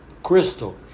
Crystal